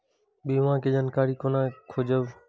बीमा के जानकारी कोना खोजब?